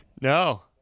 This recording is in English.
No